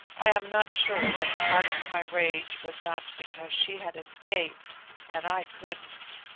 i am not sure that part of my rage was not because she had escaped and i couldn't.